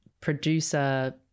producer